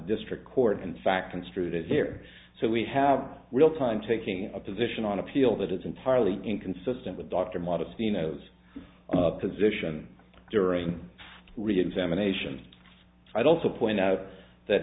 district court in fact construed as there so we have real time taking a position on appeal that is entirely inconsistent with dr modesty nose up position during reexamination i'd also point out that